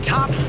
Top